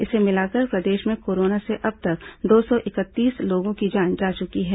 इसे मिलाकर प्रदेश में कोरोना से अब तक दो सौ इकतीस लोगों की जान जा चुकी है